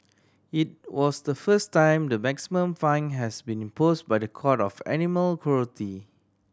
it was the first time the maximum fine has been imposed by the court of animal cruelty